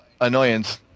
annoyance